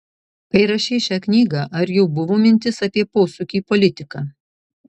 kai rašei šią knygą ar jau buvo mintis apie posūkį į politiką